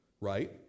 right